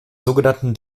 sogenannten